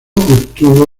obtuvo